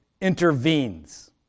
intervenes